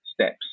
steps